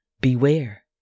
Beware